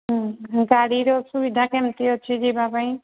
ହଁ ହଁ ଗାଡ଼ିର ସୁବିଧା କେମିତି ଅଛି ଯିବା ପାଇଁ